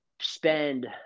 spend